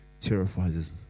terrifies